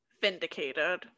Vindicated